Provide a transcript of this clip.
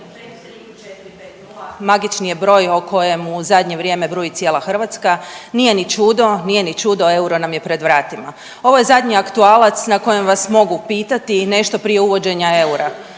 magični je broj o kojemu u zadnje vrijeme bruji cijela Hrvatska. Nije ni čudo, nije ni čudo euro nam je pred vratima. Ovo je zadnji aktualac na kojem vas mogu pitati nešto prije uvođenja eura,